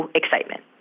excitement